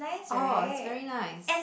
oh it's very nice